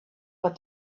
what